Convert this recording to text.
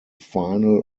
final